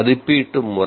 மதிப்பீட்டு முறை